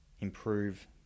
improve